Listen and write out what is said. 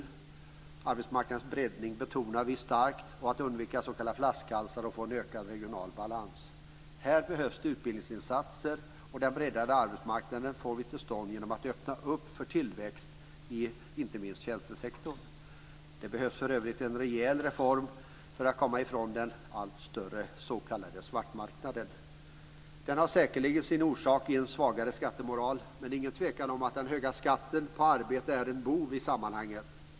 Vi betonar starkt arbetsmarknadens breddning samt vikten av att undvika s.k. flaskhalsar och få en ökad regional balans. Här behövs utbildningsinsatser, och den breddade arbetsmarknaden får vi till stånd genom att öppna för tillväxt inte minst i tjänstesektorn. Det behövs för övrigt en rejäl reform för att komma ifrån den allt större s.k. svartmarknaden. Den har säkerligen sin orsak i en svagare skattemoral, men det är ingen tvekan om att den höga skatten på arbete är en bov i sammanhanget.